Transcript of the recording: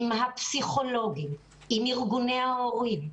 עם הפסיכולוגים, עם ארגוני ההורים,